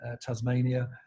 Tasmania